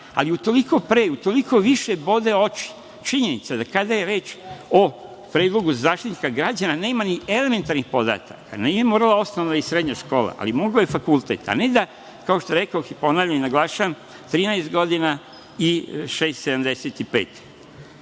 utoliko pre, utoliko više bode oči činjenica da kada je reč o predlogu za Zaštitnika građana, nema ni elementarnih podataka. Nije morala osnovna i srednja škola, ali mogao je fakultet, a ne da kao što rekoh, i ponavljam, i naglašavam, 13 godina i 6,75